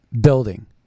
building